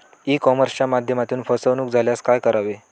E कॉमर्सच्या माध्यमातून फसवणूक झाल्यास काय करावे?